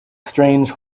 strange